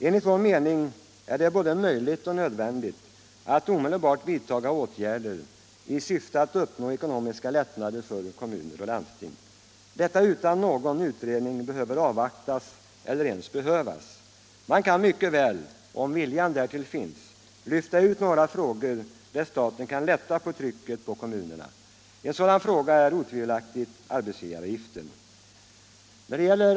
Enligt vår mening är det både möjligt och nödvändigt att omedelbart vidta åtgärder i syfte att uppnå ekonomiska lättnader för kommuner och landsting, och detta utan att någon utredning behöver avvaktas eller ens utföras. Man kan mycket väl, om viljan därtill finns, lyfta ut några frågor där staten kan lätta trycket på kommunerna. En sådan fråga är otvivelaktigt arbetsgivaravgiften.